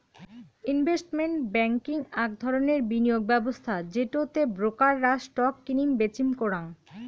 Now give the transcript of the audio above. investment banking আক ধরণের বিনিয়োগ ব্যবস্থা যেটো তে ব্রোকার রা স্টক কিনিম বেচিম করাং